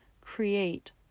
create